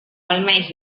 almenys